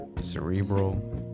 cerebral